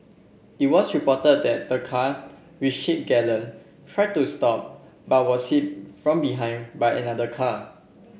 it was reported that the car which hit Galen tried to stop but was hit from behind by another car